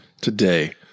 Today